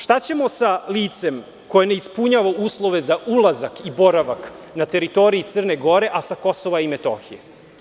Šta ćemo sa licem koje ne ispunjava uslove za ulazak i boravak na teritoriji Crne Gore, a sa Kosova i Metohije?